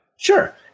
Sure